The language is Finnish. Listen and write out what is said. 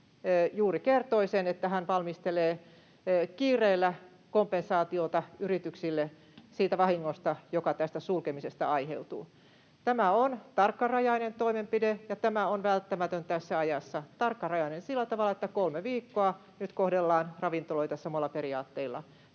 juuri kertoi sen, että hän valmistelee kiireellä kompensaatiota yrityksille siitä vahingosta, joka tästä sulkemisesta aiheutuu. Tämä on tarkkarajainen toimenpide, ja tämä on välttämätön tässä ajassa — tarkkarajainen sillä tavalla, että kolme viikkoa nyt kohdellaan ravintoloita samoilla periaatteilla.